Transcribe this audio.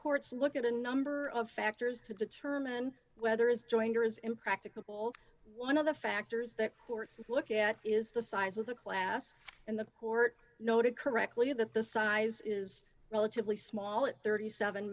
courts look at a number of factors to determine whether is joined or is impracticable one of the factors that courts look at is the size of the class and the court noted correctly of that the size is relatively small it thirty seven